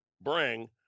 bring